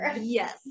yes